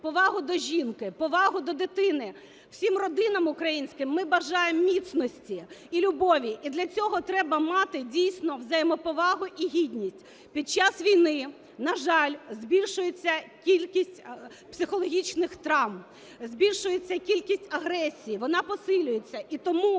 повагу до жінки, повагу до дитини. Всім родинам українським ми бажаємо міцності і любові, і для цього треба мати дійсно взаємоповагу і гідність. Під час війни, на жаль, збільшується кількість психологічних травм, збільшується кількість агресії, вона посилюється.